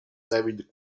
david